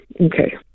Okay